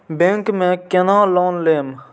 Bank में केना loan लेम?